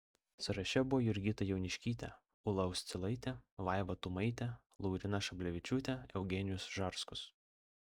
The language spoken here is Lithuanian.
sąraše buvo jurgita jauniškytė ūla uscilaitė vaiva tumaitė lauryna šablevičiūtė eugenijus žarskus